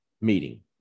meeting